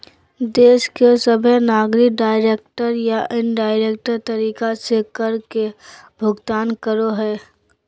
देश के सभहे नागरिक डायरेक्ट या इनडायरेक्ट तरीका से कर के भुगतान करो हय